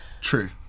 true